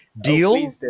deal